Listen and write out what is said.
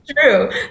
true